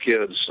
kids